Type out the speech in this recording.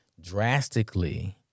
drastically